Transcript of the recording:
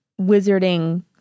wizarding